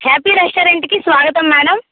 happy రెస్టారెంట్కి స్వాగతం madam